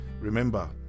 Remember